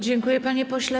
Dziękuję, panie pośle.